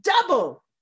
double